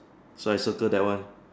so I circle that one